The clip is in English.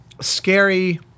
scary